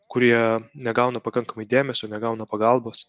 kurie negauna pakankamai dėmesio negauna pagalbos